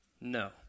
No